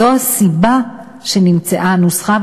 זו הסיבה שנמצאה הנוסחה,